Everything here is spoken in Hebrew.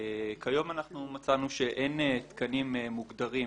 מצאנו שכיום אין תקנים מוגדרים